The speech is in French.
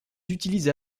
utilisent